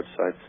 websites